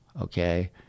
okay